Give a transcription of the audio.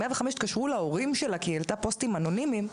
105 התקשרו להורים שלה כי היא העלתה פוסטים אנונימיים,